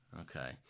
Okay